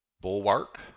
Bulwark